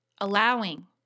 allowing